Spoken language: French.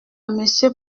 monsieur